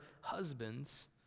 husbands